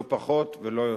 לא פחות ולא יותר.